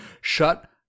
shut